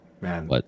man